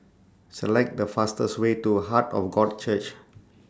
Select The fastest Way to Heart of God Church